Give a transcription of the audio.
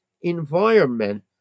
environment